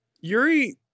Yuri